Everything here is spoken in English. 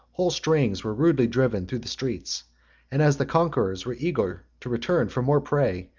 whole strings were rudely driven through the streets and as the conquerors were eager to return for more prey,